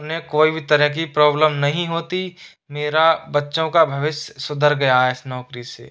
उन्हें कोई भी तरह की प्रॉब्लेम नहीं होती मेरा बच्चों का भविष्य सुधर गया है इस नौकरी से